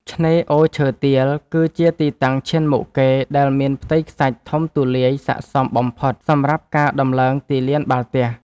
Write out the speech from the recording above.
ឆ្នេរអូឈើទាលគឺជាទីតាំងឈានមុខគេ ដែលមានផ្ទៃខ្សាច់ធំទូលាយស័ក្តិសមបំផុតសម្រាប់ការដំឡើងទីលានបាល់ទះ។